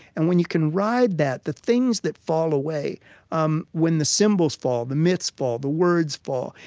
and when you can ride that, the things that fall away um when the symbols fall, the myths fall, the words fall.